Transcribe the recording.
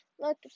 look